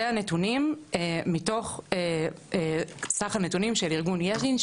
זה הנתונים מתוך סך הנתונים של ארגון יש דין,